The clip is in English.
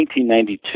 1992